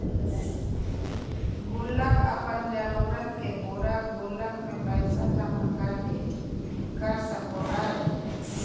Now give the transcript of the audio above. गुल्लक अपन जरूरत के पूरा गुल्लक में पैसा जमा कर के कर सको हइ